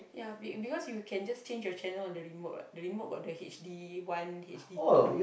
ya be because you can just change your channel on the remote what the remote got the H_D one H_D two